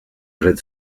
red